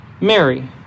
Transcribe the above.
Mary